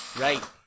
right